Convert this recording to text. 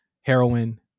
heroin